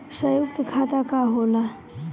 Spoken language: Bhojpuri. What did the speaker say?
सयुक्त खाता का होला?